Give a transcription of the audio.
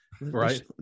right